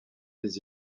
des